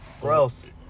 Gross